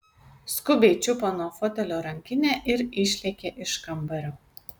skubiai čiupo nuo fotelio rankinę ir išlėkė iš kambario